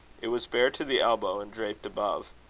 it was bare to the elbow, and draped above.